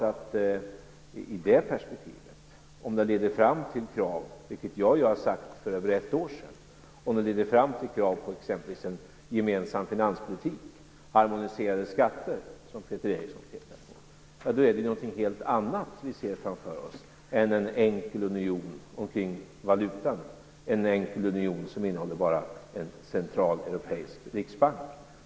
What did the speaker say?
Och i det perspektivet, om det leder fram till krav, vilket jag sade för ett år sedan, på exempelvis en gemensam finanspolitik och harmoniserade skatter, som Peter Eriksson pekade på, ja då är det ju någonting helt annat vi ser framför oss än en enkel union kring valutan, en enkel union som bara innehåller en central europeisk riksbank.